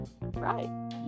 Right